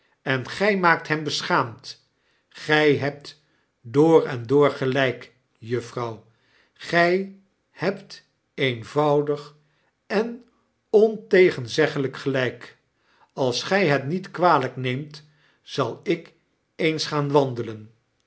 en gij maakt hem beschaamd gij hebt door en door gelijk juffrouw gij hebt eenvoudig en ontegenzeglijk gelijk als gij het niet kwalijk neemt zal ik eens gaan wandelen